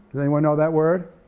does anyone know that word?